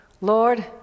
Lord